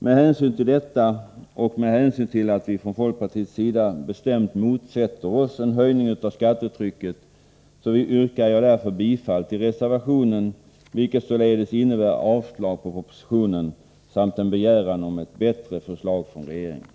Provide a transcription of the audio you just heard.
Med hänsyn till detta och med hänsyn till att vi från folkpartiets sida bestämt motsätter oss en höjning av skattetrycket yrkar jag bifall till reservationen, vilket innebär avslag på propositionen samt en begäran om ett bättre förslag från regeringen.